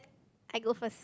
I go first